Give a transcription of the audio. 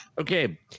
Okay